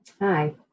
Hi